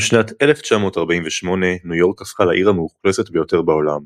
בשנת 1948 ניו יורק הפכה לעיר המאוכלסת ביותר בעולם,